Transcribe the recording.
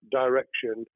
direction